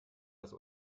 das